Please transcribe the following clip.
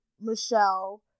Michelle